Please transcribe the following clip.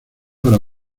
para